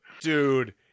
Dude